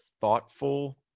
thoughtful